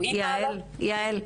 יעל,